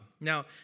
Now